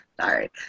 Sorry